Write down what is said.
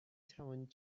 توانید